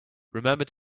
remember